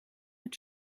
mit